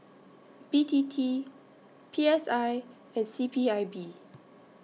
B T T P S I and C P I B